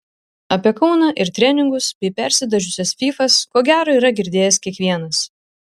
apie kauną ir treningus bei persidažiusias fyfas ko gero yra girdėjęs kiekvienas